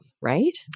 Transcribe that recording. right